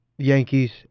Yankees